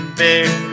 bear